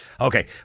Okay